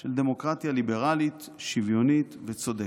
של דמוקרטיה ליברלית, שוויונית וצודקת.